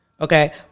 Okay